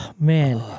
man